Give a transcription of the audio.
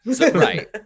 Right